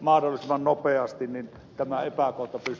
mahdollisimman nopeasti pystyttäisiin poistamaan